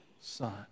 Son